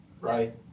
right